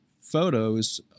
photos